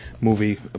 movie